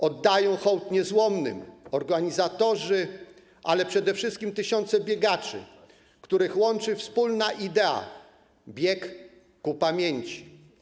Oddają hołd niezłomnym organizatorzy, ale przede wszystkim tysiące biegaczy, których łączy wspólna idea - bieg ku pamięci.